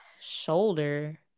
Shoulder